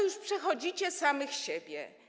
Już przechodzicie samych siebie.